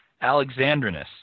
Alexandrinus